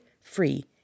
free